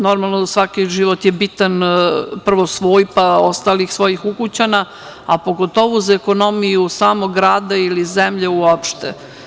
Normalno, svaki život je bitan, prvo svoj, pa ostalih svojih ukućana, a pogotovo za ekonomiju samog grada ili zemlje uopšte.